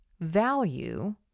value